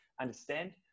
understand